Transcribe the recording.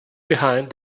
behind